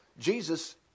Jesus